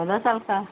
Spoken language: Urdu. سال کا